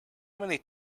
many